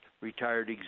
retired